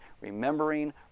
remembering